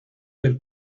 del